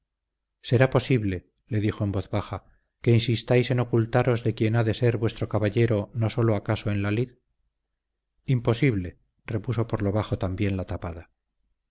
será posible le dijo en voz baja que insistáis en ocultaros de quien ha de ser vuestro caballero no sólo acaso en la lid imposible repuso por lo bajo también la tapada